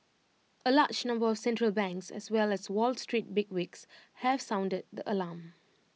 A large number of central banks as well as wall street bigwigs have sounded the alarm